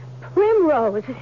Primrose